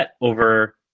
over